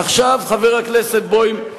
עכשיו, חבר הכנסת בוים,